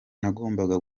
nagombaga